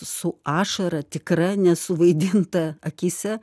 su ašara tikra nesuvaidinta akyse